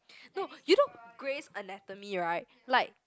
no you know Greys Anatomy right like